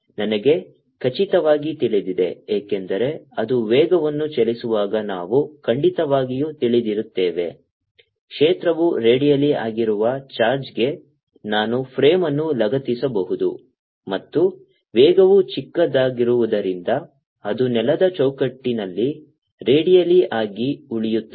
ನನಗೆ ಖಚಿತವಾಗಿ ತಿಳಿದಿದೆ ಏಕೆಂದರೆ ಅದು ವೇಗವನ್ನು ಚಲಿಸುವಾಗ ನಾವು ಖಂಡಿತವಾಗಿಯೂ ತಿಳಿದಿರುತ್ತೇವೆ ಕ್ಷೇತ್ರವು ರೇಡಿಯಲ್ ಆಗಿರುವ ಚಾರ್ಜ್ಗೆ ನಾನು ಫ್ರೇಮ್ ಅನ್ನು ಲಗತ್ತಿಸಬಹುದು ಮತ್ತು ವೇಗವು ಚಿಕ್ಕದಾಗಿರುವುದರಿಂದ ಅದು ನೆಲದ ಚೌಕಟ್ಟಿನಲ್ಲಿ ರೇಡಿಯಲ್ ಆಗಿ ಉಳಿಯುತ್ತದೆ